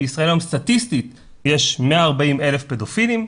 בישראל היום סטטיסטית יש 140,000 פדופילים,